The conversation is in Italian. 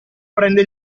prende